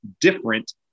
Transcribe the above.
different